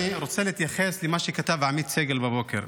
אני רוצה להתייחס למה שכתב עמית סגל בבוקר.